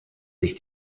sich